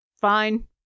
Fine